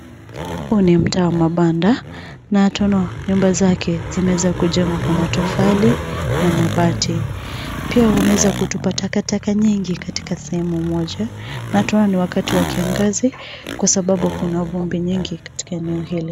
Huu ni mtaa wa mabanda, na twaona nyumba zake zinaeza kujengwa kwa matofali na mabati. Pia wemeeza kutupa takataka nyingi katika sehemu moja, na twaona ni wakati wa kiangazi kwa sababu kuna vumbi nyingi katika eneo hili.